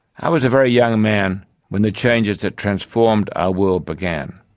i was a very young man when the changes that transformed our world began,